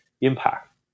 impact